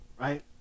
right